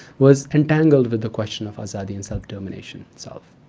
was entangled with the question of azadi and self-determination itself.